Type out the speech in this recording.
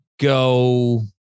go